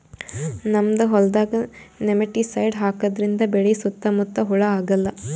ನಮ್ಮ್ ಹೊಲ್ದಾಗ್ ನೆಮಟಿಸೈಡ್ ಹಾಕದ್ರಿಂದ್ ಬೆಳಿ ಸುತ್ತಾ ಮುತ್ತಾ ಹುಳಾ ಆಗಲ್ಲ